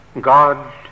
God